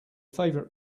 favorite